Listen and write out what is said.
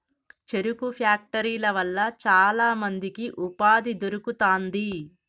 చెరుకు ఫ్యాక్టరీల వల్ల చాల మందికి ఉపాధి దొరుకుతాంది